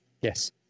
Yes